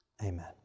Amen